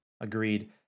Agreed